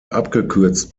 abgekürzt